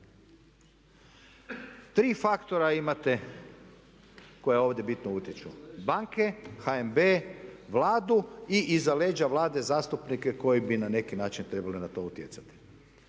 Tri faktora imate koja ovdje bitno utječu, banke, HNB, Vladu i iza leđa Vlade zastupnike koji bi na neki način trebali na to utjecati.